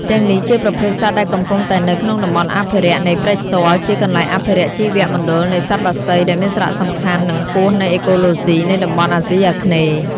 ទាំងនេះជាប្រភេទសត្វដែលកំពុងតែនៅក្នុងតំបន់អភិរក្សនៃព្រែកទាល់ជាកន្លែងអភិរក្សជីវមណ្ឌលនៃសត្វបក្សីដែលមានសារៈសំខាន់និងខ្ពស់នៃអេកូឡូសុីនៃតំបន់អាសុីអាគ្នេយ៍។